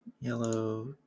Yellow